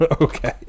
Okay